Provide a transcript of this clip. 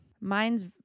mine's